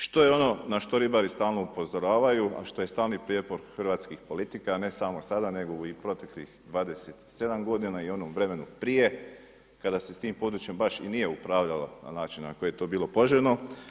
Što je ono na što ribari stalno upozoravaju, a što je stalni prijepor hrvatskih politika, a ne samo sada nego i proteklih 27 godina i u onom vremenu prije kada se s tim područjem baš i nije upravljalo na način na koji je bilo poželjno?